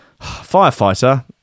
firefighter